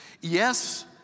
Yes